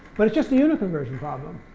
but it's just a unit conversion problem.